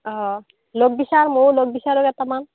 অ' লগ বিচাৰ মইও লগ বিচাৰোঁ কেইটামান